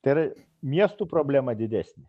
tai yra miestų problema didesnė